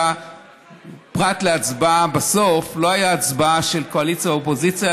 פרט להצבעה בסוף לא הייתה הצבעה של קואליציה אופוזיציה,